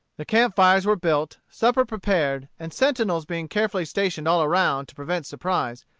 the camp-fires were built, supper prepared, and sentinels being carefully stationed all around to prevent surprise,